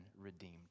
redeemed